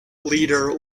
leader